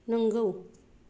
नोंगौ